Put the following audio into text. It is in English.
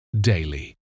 daily